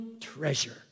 treasure